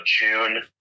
June